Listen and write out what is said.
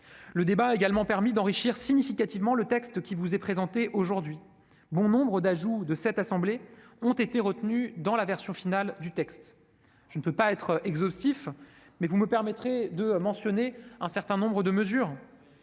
le débat a également permis d'enrichir significativement le texte qui vous est aujourd'hui présenté. Bon nombre d'ajouts issus de cette assemblée ont été retenus dans la version finale du texte. Je ne peux pas être exhaustif, mais vous me permettrez de mentionner un certain nombre de mesures.